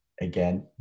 again